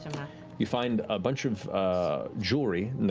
you find a bunch of ah jewelry, and